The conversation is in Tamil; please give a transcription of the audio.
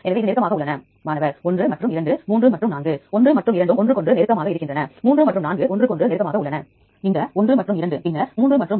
மற்றும் 90களில் இருந்து இப்போது வரை உள்ளீடுகள் எவ்வாறு அதிகரிக்கப்பட்டுள்ளன என்பதையும் அறியலாம்